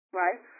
right